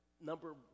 number